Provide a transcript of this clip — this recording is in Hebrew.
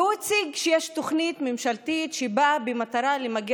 והוא הציג את זה כך שיש תוכנית ממשלתית שבאה למגר